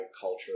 culture